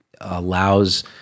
allows